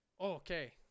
Okay